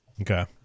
Okay